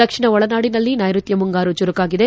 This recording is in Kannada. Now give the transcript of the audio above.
ದಕ್ಷಿಣ ಒಳನಾಡಿನಲ್ಲಿ ನೈರುತ್ವ ಮುಂಗಾರು ಚುರುಕಾಗಿದೆ